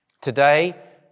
Today